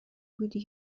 بودی